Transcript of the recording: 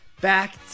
Back